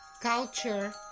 culture